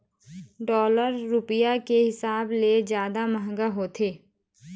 dollar रुपया के हिसाब ले जादा मंहगा होथे